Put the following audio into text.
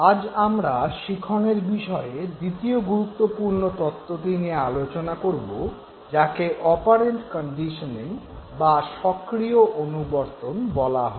আজ আমরা শিখনের বিষয়ে দ্বিতীয় গুরুত্বপূর্ণ তত্ত্বটি নিয়ে আলোচনা করব যাকে অপারেন্ট কন্ডিশনিং বা সক্রিয় অনুবর্তন বলা হয়